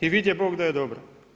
I vidje Bog da je dobra.